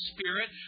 Spirit